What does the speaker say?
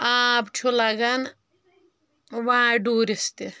آب چھُ لگان وارِ ڈوٗرس تہِ